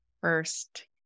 first